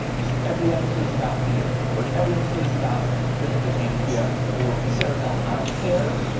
just every episode is about fear, or every episode is about the hippocampus. yeah or the cerebellum, i don't care.